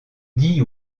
dit